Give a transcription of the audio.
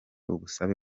ubusabe